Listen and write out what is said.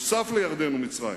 נוסף על ירדן ומצרים,